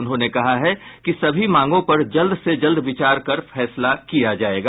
उन्होंने कहा है कि सभी मांगों पर जल्द से जल्द विचार कर फैसला किया जायेगा